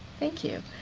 thank you.